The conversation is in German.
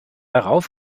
darauf